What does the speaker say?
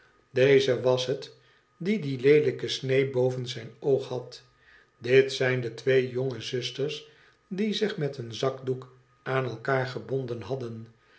deze was het die die leelijke snee boven zijn oog had dit zijn de twee jonge zusters die zich met een zakdoek aan elkaar gebonden hadden